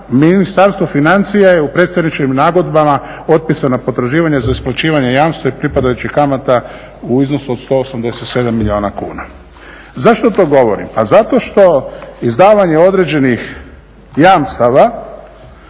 Ministarstvo financija je u predstečajnim nagodbama otpisalo potraživanja za isplaćivanje jamstva i pripadajućih kamata u iznosu od 187 milijuna kuna. Zašto to govorim? Pa zato što izdavanje određenih jamstava